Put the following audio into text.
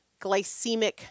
glycemic